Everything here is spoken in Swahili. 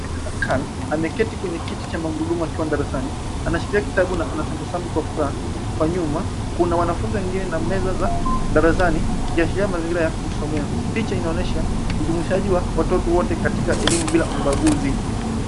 Ameketi kwenye kiti cha magurudumu akiwa darasani. Anashikilia kitabu na anatabasamu kwa furaha. Kwa nyuma kuna wanafunzi wengine na meza za darasani ikiashiria mazingira ya kusomea. Picha inaonyesha ujumuishaji wa watoto wote katika elimu bila ubaguzi.